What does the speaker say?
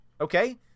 okay